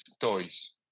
toys